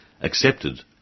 accepted